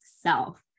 self